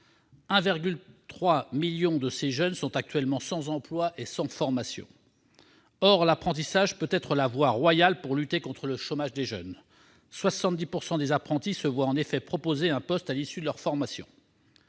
1,3 million de ces jeunes sont actuellement sans emploi et sans formation. Or l'apprentissage peut être la voie royale pour lutter contre le chômage des jeunes : 70 % des apprentis se voient en effet proposer un poste à l'issue de leur formation.